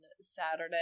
saturday